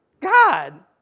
God